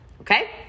Okay